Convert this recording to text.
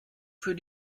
für